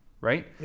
right